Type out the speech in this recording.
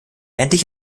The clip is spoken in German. endlich